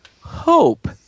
hope